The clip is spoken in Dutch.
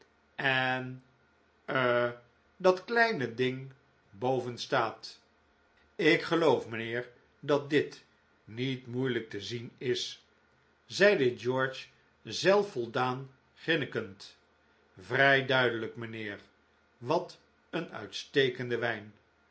en eh dat kleine ding boven staat ik geloof mijnheer dat dit niet moeilijk te zien is zeide george zelfvoldaan grinnikend vrij duidelijk mijnheer wat een uitstekende wijn